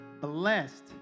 blessed